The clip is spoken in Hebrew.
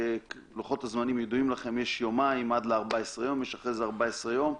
לוחות הזמנים ידועים לכם: יש יומיים עד ל-14 יום אחרי זה יש 14 יום,